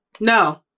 No